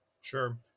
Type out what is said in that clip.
Sure